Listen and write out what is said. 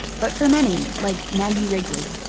but for many, like maggie wrigley,